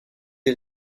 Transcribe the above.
est